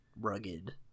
rugged